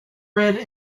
red